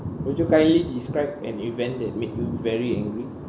would you kindly describe an event that made you very angry